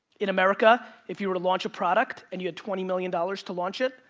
in america, if you were to launch a product, and you had twenty million dollars to launch it,